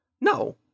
No